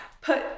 put